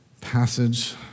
passage